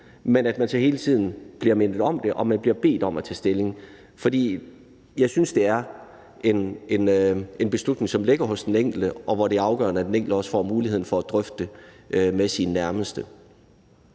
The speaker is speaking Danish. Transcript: men at man så hele tiden bliver mindet om det og bliver bedt om at tage stilling. For jeg synes, at det er en beslutning, som ligger hos den enkelte, og hvor det er afgørende, at den enkelte også får muligheden for at drøfte det med sine nærmeste.